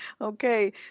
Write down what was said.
Okay